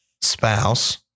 spouse